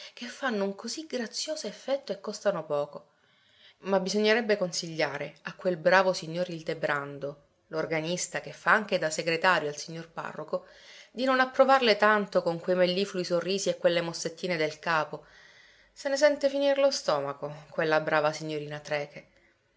che fanno un così grazioso effetto e costano poco ma bisognerebbe consigliare a quel bravo signor ildebrando l'organista che fa anche da segretario al signor parroco di non approvarle tanto con quei melliflui sorrisi e quelle mossettine del capo se ne sente finir lo stomaco quella brava signorina trecke